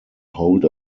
hold